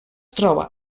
troba